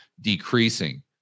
decreasing